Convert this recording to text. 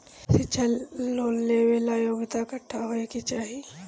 शिक्षा लोन लेवेला योग्यता कट्ठा होए के चाहीं?